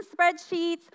spreadsheets